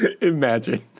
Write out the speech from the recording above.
Imagine